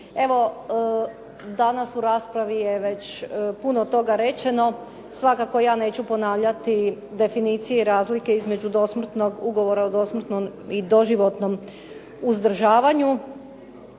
Evo danas u raspravi je već puno toga rečeno. Svakako ja neću ponavljati definicije i razlike između dosmrtnog ugovora i doživotnom uzdržavanju.